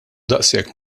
daqshekk